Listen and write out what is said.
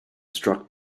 struck